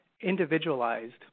individualized